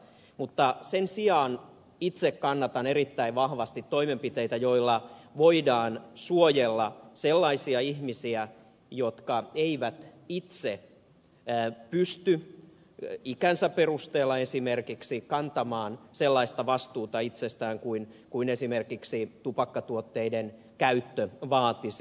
mutta sen sijaan itse kannatan erittäin vahvasti toimenpiteitä joilla voidaan suojella sellaisia ihmisiä jotka eivät itse pysty ikänsä perusteella esimerkiksi kantamaan sellaista vastuuta itsestään kuin esimerkiksi tupakkatuotteiden käyttö vaatisi